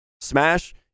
Smash